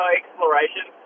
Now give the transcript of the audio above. exploration